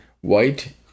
white